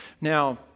Now